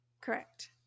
Correct